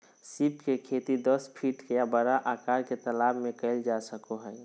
सीप के खेती दस फीट के या बड़ा आकार के तालाब में कइल जा सको हइ